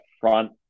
front